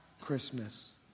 Christmas